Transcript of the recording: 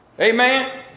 Amen